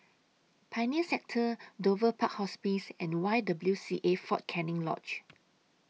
Pioneer Sector Dover Park Hospice and Y W C A Fort Canning Lodge